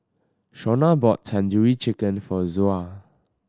Shaunna bought Tandoori Chicken for Zoa